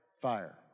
fire